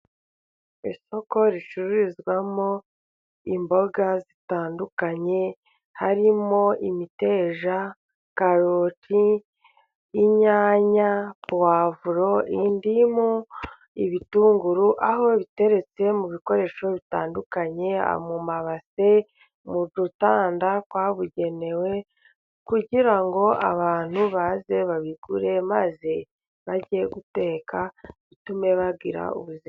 Isoko ricururizwamo imboga zitandukanye harimo: imiteja, karoti ,inyanya, puwavuro, indimu, ibitunguru aho biteretse mu bikoresho bitandukanye, mu mabase, mu dutanda twabugenewe kugira ngo abantu baze babigure, maze bajye guteka bitume bagira ubuzima.